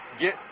get